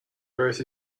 growth